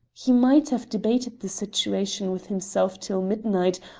he might have debated the situation with himself till midnight,